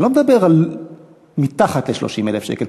אני לא מדבר על מתחת ל-30,000 שקל.